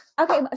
Okay